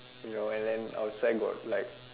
ya know then outside got like